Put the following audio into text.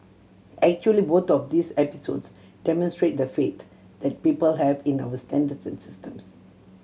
actually both of these episodes demonstrate the faith that people have in our standards and systems